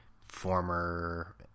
former